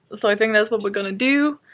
so, i think that's what we're gonna do.